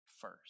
first